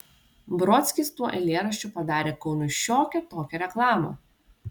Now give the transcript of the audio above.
brodskis tuo eilėraščiu padarė kaunui šiokią tokią reklamą